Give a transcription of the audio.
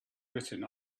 written